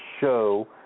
show